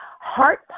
heart